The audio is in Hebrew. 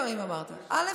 אמרת: א.